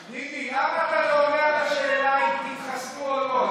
למה אתה לא עונה על השאלה אם תתחסנו או לא,